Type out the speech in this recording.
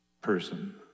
person